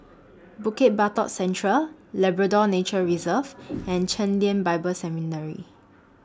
Bukit Batok Central Labrador Nature Reserve and Chen Lien Bible Seminary